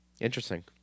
Interesting